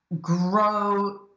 grow